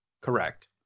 Correct